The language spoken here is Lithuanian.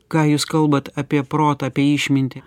ką jūs kalbat apie protą apie išmintį